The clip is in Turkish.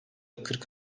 kırk